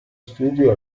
studio